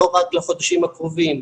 לא רק לחודשים הקרובים,